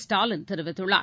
ஸ்டாலின் தெரிவித்துள்ளார்